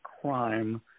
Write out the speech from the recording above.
crime